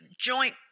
joint